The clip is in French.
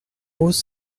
rose